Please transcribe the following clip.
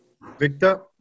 Victor